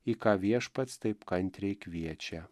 į ką viešpats taip kantriai kviečia